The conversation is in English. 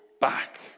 back